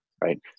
right